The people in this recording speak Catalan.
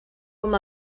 com